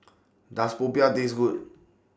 Does Popiah Taste Good